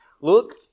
Look